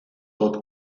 tot